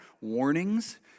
warnings